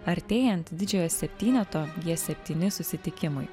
artėjant didžiojo septyneto gie septyni susitikimui